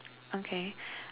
okay